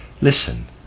listen